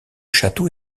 château